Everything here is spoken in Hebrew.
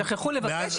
שכחו לבקש.